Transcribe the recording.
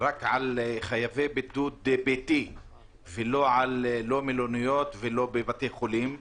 רק על חייבי בידוד ביתי ולא על מלוניות או בתי-חולים.